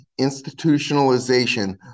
institutionalization